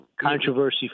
controversy